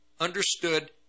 understood